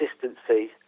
consistency